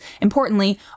importantly